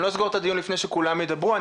ולא אסיים את הדיון לפני שכולם ידברו.